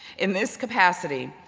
in this capacity,